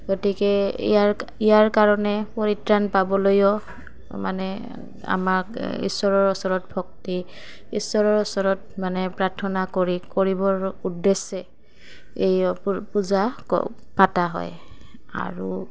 গতিকে ইয়াৰ ইয়াৰ কাৰণে পৰিত্ৰাণ পাবলৈও মানে আমাক ঈশ্বৰৰ ওচৰত ভক্তি ঈশ্বৰৰ ওচৰত মানে প্ৰাৰ্থনা কৰি কৰিবৰ উদ্দেশ্যে এই পূজা পতা হয় আৰু